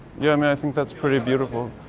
yeah, i mean i think that's pretty beautiful.